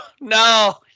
No